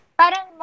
parang